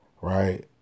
right